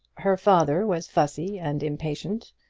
her father was fussy and impatient,